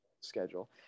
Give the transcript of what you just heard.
schedule